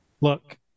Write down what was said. Look